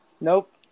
Nope